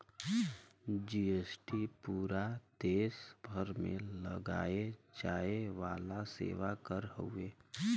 GST पूरा देस भर में लगाये जाये वाला सेवा कर हउवे